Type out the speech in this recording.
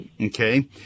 Okay